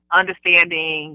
understanding